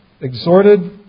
exhorted